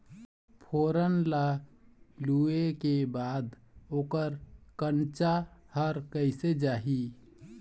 फोरन ला लुए के बाद ओकर कंनचा हर कैसे जाही?